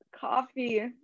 coffee